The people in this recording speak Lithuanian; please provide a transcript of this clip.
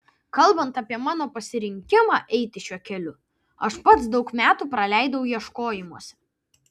kalbant apie mano pasirinkimą eiti šiuo keliu aš pats daug metų praleidau ieškojimuose